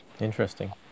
interesting